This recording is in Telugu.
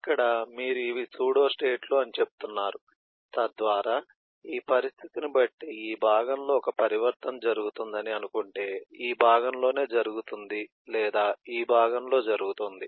ఇక్కడ మీరు ఇవి సూడోస్టేట్లు అని చెప్తున్నారు తద్వారా ఈ పరిస్థితిని బట్టి ఈ భాగంలో ఒక పరివర్తన జరుగుతుందని అనుకుంటే ఈ భాగంలోనే జరుగుతుంది లేదా ఈ భాగంలో జరుగుతుంది